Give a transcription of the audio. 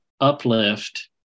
Uplift